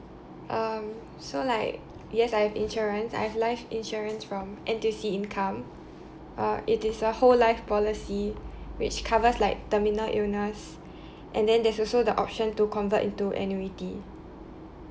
um so like yes I have insurance I have life insurance from N_T_U_C income uh it is a whole life policy which covers like terminal illness and then there's also the option to convert into annuity